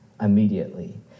immediately